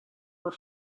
were